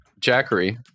Jackery